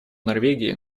норвегии